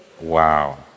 Wow